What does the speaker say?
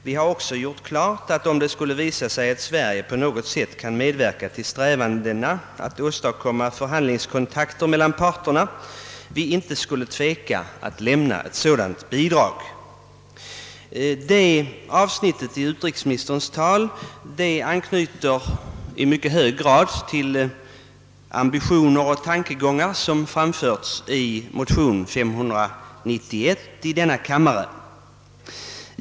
Vi har också gjort klart att, om det skulle visa sig att Sverige på något sätt kan medverka till strävandena att åstadkomma förhandlingskontakter mellan parterna, vi inte skulle tveka att lämna ett sådant bidrag.» Detta avsnitt i utrikesministerns tal anknyter i mycket hög grad till ambitioner och tankegångar som återfinns i motion nr 591 i denna kammare.